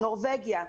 נורבגיה,